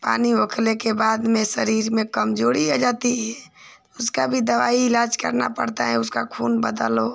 पानी ओखले के बाद में शरीर में कमजोरी आ जाती है तो उसका भी दवाई इलाज़ करना पड़ता है उसका खून बदलो